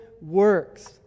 works